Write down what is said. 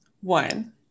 one